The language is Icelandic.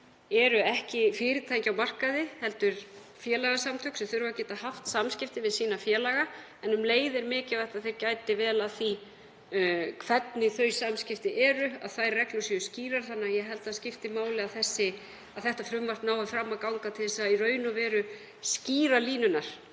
eru ekki fyrirtæki á markaði heldur félagasamtök sem þurfa að geta haft samskipti við sína félaga en um leið er mikilvægt að þeir gæti vel að því hvernig þau samskipti eru, að þær reglur séu skýrar. Ég held því að það skipti máli að frumvarpið nái fram að ganga til þess að skýra línurnar